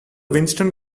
winston